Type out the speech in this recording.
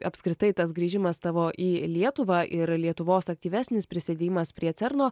apskritai tas grįžimas tavo į lietuvą ir lietuvos aktyvesnis prisidėjimas prie cerno